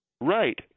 Right